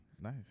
Nice